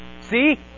see